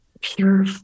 Pure